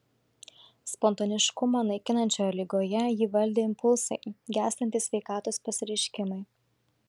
spontaniškumą naikinančioje ligoje jį valdė impulsai gęstantys sveikatos pasireiškimai